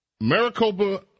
Maricopa